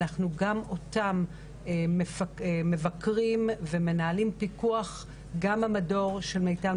ואנחנו גם אותם מבקרים ומנהלים פיקוח גם במדור של מיטל,